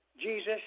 Jesus